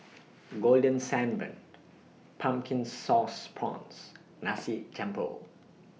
Golden Sand Bun Pumpkin Sauce Prawns Nasi Campur